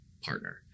partner